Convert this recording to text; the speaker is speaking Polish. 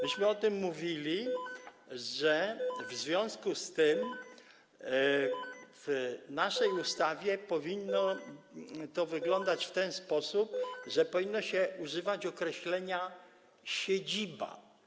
Myśmy o tym mówili, że w związku z tym w naszej ustawie powinno to wyglądać w ten sposób, że powinno się używać określenia „siedziba”